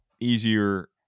easier